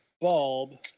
bulb